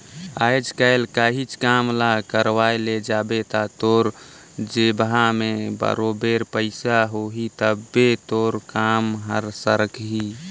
आएज काएल काहींच काम ल करवाए ले जाबे ता तोर जेबहा में बरोबेर पइसा होही तबे तोर काम हर सरकही